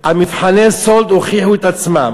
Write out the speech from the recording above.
מבחני סאלד הוכיחו את עצמם.